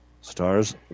Stars